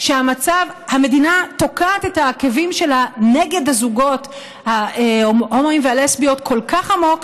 שהמדינה תוקעת את העקבים שלה נגד הזוגות ההומואים והלסביות כל כך עמוק,